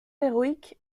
héroïque